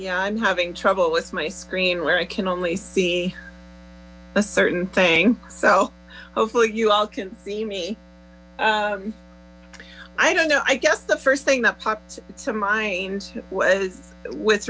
yeah i'm having trouble with my screen where i can only see a certain thing so hopefully you all can see me i don't know i guess the first thing that pops to mind is with